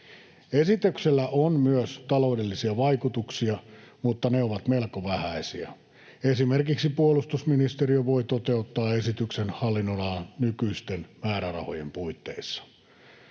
Esityksellä on myös taloudellisia vaikutuksia, mutta ne ovat melko vähäisiä. Esimerkiksi puolustusministeriö voi toteuttaa esityksen hallinnonalan nykyisten määrärahojen puitteissa.